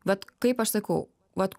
vat kaip aš sakau vat